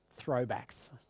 throwbacks